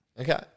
Okay